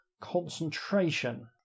concentration